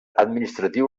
administratiu